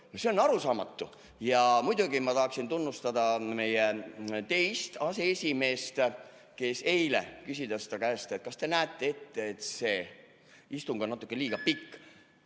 see on arusaamatu. Muidugi ma tahaksin tunnustada meie teist aseesimeest, kes eile, kui küsisin ta käest, kas te näete ette, et see istung on natuke liiga pikk